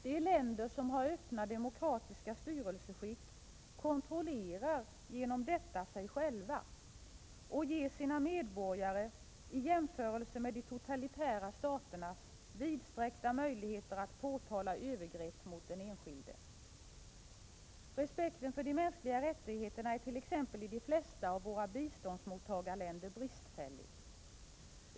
De länder som har öppna demokratiska styrelseskick kontrollerar därigenom sig själva och ger sina medborgare — i jämförelse med medborgarna i de totalitära staterna — vidsträckta möjligheter att påtala övergrepp mot den enskilde. Respekten för de mänskliga rättigheterna är t.ex. i de flesta av våra biståndsmottagarländer bristfällig.